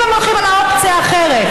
אם הם הולכים על אופציה אחרת,